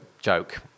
joke